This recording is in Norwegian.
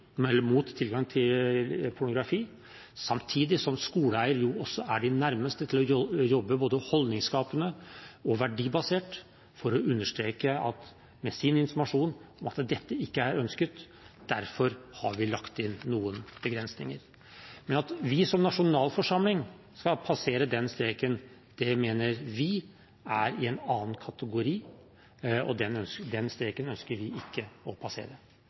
mot tilgang til pornografi. Samtidig er de som skoleeiere også de nærmeste til å jobbe både holdningsskapende og verdibasert for å understreke i sin informasjon at dette ikke er ønsket – derfor har vi lagt inn noen begrensninger. Men at vi som nasjonalforsamling skal passere den streken, mener vi er i en annen kategori, og den streken ønsker vi ikke å passere.